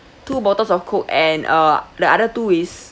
two bottles of coke and uh the other two is